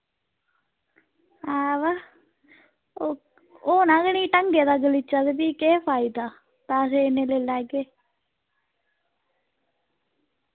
हां वा ओ होना गै नी ढंगे दा गलीचा ते फ्ही केह् फाइदा पैसे इन्ने ले लैगे